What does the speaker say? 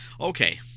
Okay